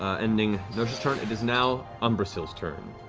ah ending noja's turn, it is now umbrasyl's turn.